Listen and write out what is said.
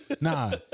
nah